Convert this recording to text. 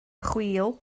chwil